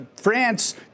France